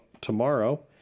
tomorrow